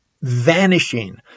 vanishing